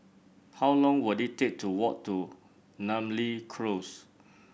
how long will it take to walk to Namly Close